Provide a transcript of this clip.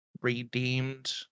redeemed